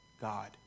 God